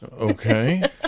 Okay